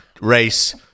race